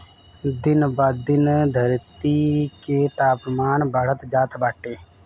दिन ब दिन धरती के तापमान बढ़त जात बाटे